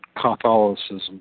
Catholicism